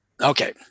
Okay